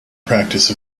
practice